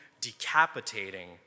decapitating